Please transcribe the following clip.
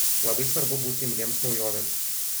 labai svarbu būti imliems naujovėms